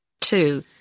Two